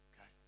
okay